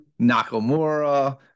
Nakamura